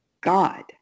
God